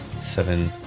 Seven